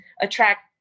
attract